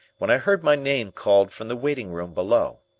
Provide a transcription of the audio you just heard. when i heard my name called from the waiting-room below.